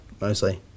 mostly